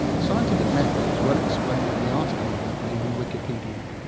scientific method, is well explained in the article of that name in wikipedia.